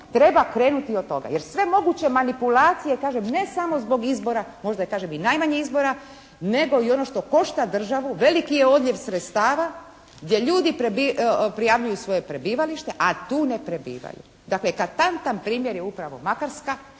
treba krenuti od toga. Jer sve moguće manipulacije, kažem ne samo zbog izbora, možda i kažem i najmanje izbora nego i ono što košta državu veliki je odljev sredstava gdje ljudi prijavljuju svoje prebivalište a tu ne prebivaju. Dakle eklatantan primjer je upravo Makarska